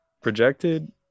projected